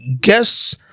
Guess